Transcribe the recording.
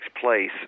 place